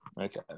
Okay